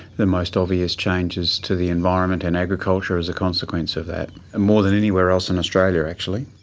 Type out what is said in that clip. the most obvious changes to the environment and agriculture as a consequence of that. and more than anywhere else in australia, actually.